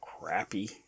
crappy